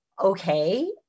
Okay